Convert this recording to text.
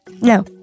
No